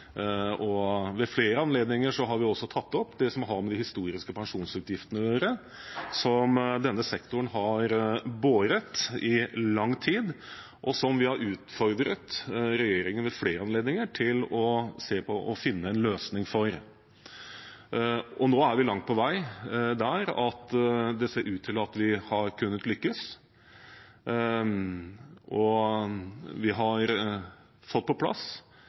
og det er ingen tvil om at Kristelig Folkeparti ved flere anledninger har løftet nettopp ideell sektor. Ved flere anledninger har vi også tatt opp det som har med de historiske pensjonsutgiftene å gjøre, som denne sektoren har båret i lang tid, og som vi ved flere anledninger har utfordret regjeringen til å se på og finne en løsning for. Nå er vi langt på vei der at det ser ut til at vi har lyktes. Vi har fått